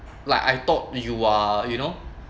like I thought you are you know